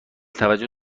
توجه